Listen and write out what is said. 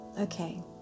Okay